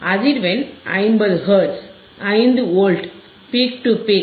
அதிர்வெண் 50 hertz 5 volts peak to peak